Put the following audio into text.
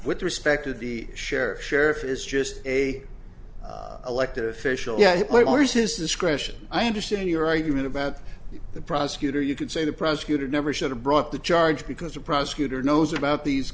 with respect to the sheriff sheriff is just a elected official yeah where is his discretion i understand your argument about the prosecutor you can say the prosecutor never should have brought the charge because the prosecutor knows about these